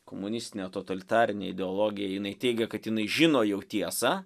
komunistinė totalitarinė ideologija jinai teigia kad jinai žino jau tiesą